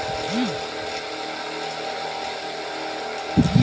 मनरेगा एक रोजगार योजना है जो मजदूरों को न्यूनतम सौ दिनों का रोजगार सुनिश्चित करती है